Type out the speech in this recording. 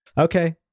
Okay